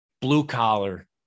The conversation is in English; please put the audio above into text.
blue-collar